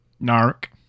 Nark